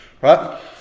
Right